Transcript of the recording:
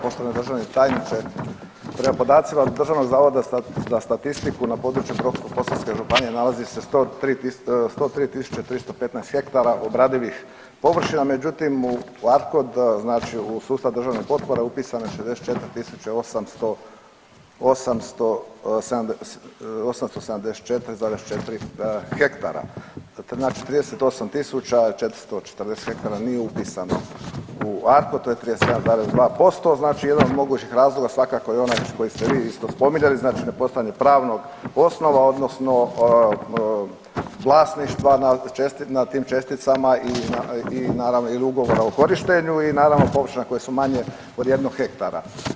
Poštovani državni tajniče prema podacima Državnog zavoda za statistiku na području Brodsko-posavske županije nalazi se 103.315 hektara obradivih površina međutim u ARCOD znači u sustav državnih potpora upisano je 64.874,4 hektara, znači 38.440 hektara nije upisano u ARCOD to je 37,2% znači jedan od mogućih razloga svakako je onaj koji ste vi isto spominjali, znači nepostojanje pravnog osnova odnosno vlasništva na tim česticama i naravno ili ugovora o korištenju i naravno površina koje su manje od jednog hektara.